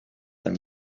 them